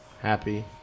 happy